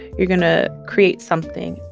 you're going to create something.